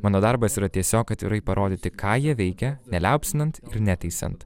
mano darbas yra tiesiog atvirai parodyti ką jie veikia neliaupsinant ir neteisiant